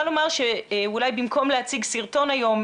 לומר שאולי במקום להציג סרטון היום,